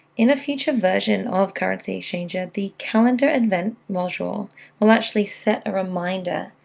in a future version of currencyxchanger, the calendar and event module will actually set a reminder,